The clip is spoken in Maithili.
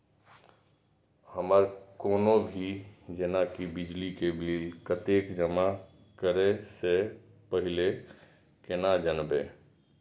हमर कोनो भी जेना की बिजली के बिल कतैक जमा करे से पहीले केना जानबै?